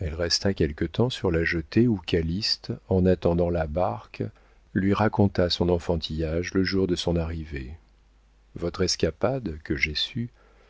elle resta quelque temps sur la jetée où calyste en attendant la barque lui raconta son enfantillage le jour de son arrivée votre escapade que j'ai sue